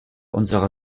unserer